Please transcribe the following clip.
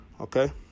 okay